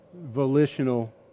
volitional